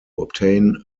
obtain